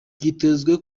byitezwe